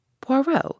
Poirot